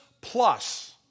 plus